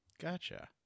gotcha